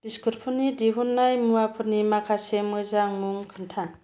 बिस्कुतफोरनि दिहुननाय मुवाफोरनि माखासे मोजां मुं खोन्था